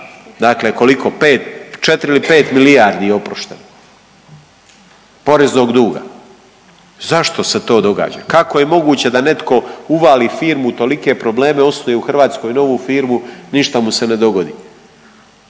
Dakle koliko? 5, 4 ili 5 milijardi je oprošteno poreznog duga. Zašto se to događa? Kako je moguće da netko uvali firmu u tolike probleme, osnuje u Hrvatskoj novu firmu, ništa mu se ne dogodi?